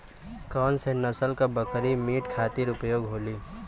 कौन से नसल क बकरी मीट खातिर उपयोग होली?